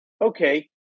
okay